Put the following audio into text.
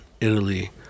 Italy